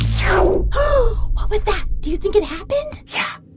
so what was that? do you think it happened? yeah,